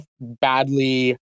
badly